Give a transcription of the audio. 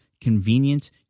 convenient